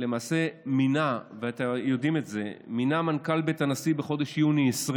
מינה מנכ"ל בית הנשיא בחודש יוני 2020